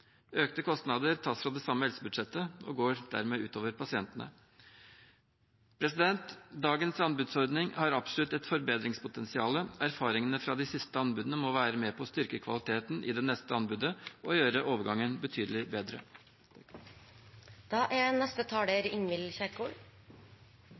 Økte kostnader tas fra det samme helsebudsjettet og går dermed ut over pasientene. Dagens anbudsordning har absolutt et forbedringspotensial. Erfaringene fra de siste anbudene må være med på å styrke kvaliteten i det neste anbudet og gjøre overgangen betydelig bedre.